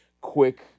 quick